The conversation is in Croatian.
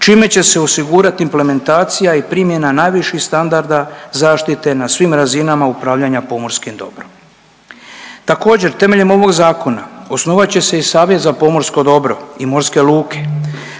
čime će se osigurati implementacija i primjena najviših standarda zaštite na svim razinama upravljanja pomorskim dobrom. Također, temeljem ovog zakona osnovat će se i savjet za pomorsko dobro i morske luke,